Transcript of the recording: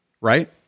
Right